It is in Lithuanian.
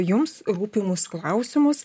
jums rūpimus klausimus